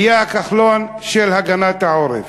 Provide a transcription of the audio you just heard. תהיה הכחלון של הגנת העורף.